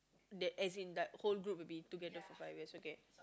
they as in like whole group will be together for five years okay